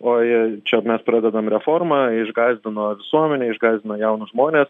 oi čia mes pradedam reformą išgąsdino visuomenę išgąsdino jaunus žmones